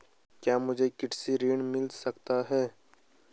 क्या मुझे कृषि ऋण मिल सकता है?